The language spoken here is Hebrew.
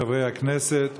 חברי הכנסת,